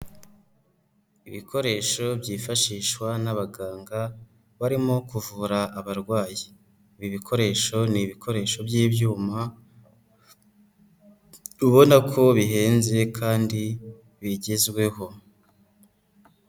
Ibikoresho byifashishwa n'abaganga, barimo kuvura abarwayi, ibi bikoresho ni ibikoresho by'ibyuma ubona ko bihenze kandi bigezweho.